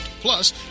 Plus